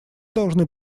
должны